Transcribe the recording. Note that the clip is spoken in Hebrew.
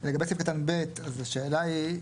לגבי סעיף קטן (ב) אז השאלה היא,